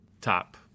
top